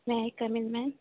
may I come in ma'am